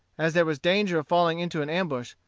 as there was danger of falling into an ambush,